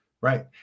right